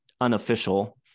unofficial